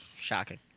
Shocking